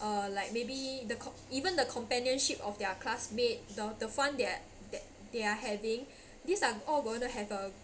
uh like maybe the com~ even the companionship of their classmate the the fun they are that they are having these are all gonna have a